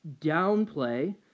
downplay